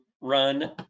run